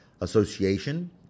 Association